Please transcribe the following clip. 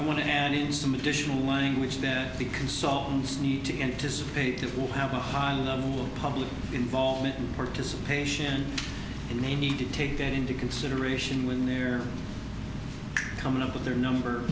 i want to add in some additional language that the consultants need to anticipate it will have a high in the public involvement and participation and may need to take that into consideration when they're coming up with their number